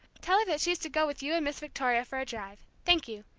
tell her that she's to go with you and miss victoria for a drive. thank you.